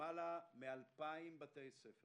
למעלה מ-2,000 בתי ספר